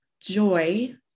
joy